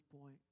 point